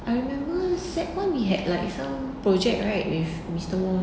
I remember sec one like we had some project right with mister moh